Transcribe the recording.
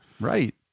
Right